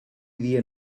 dia